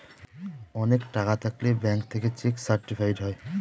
অনেক টাকা থাকলে ব্যাঙ্ক থেকে চেক সার্টিফাইড হয়